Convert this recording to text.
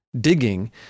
digging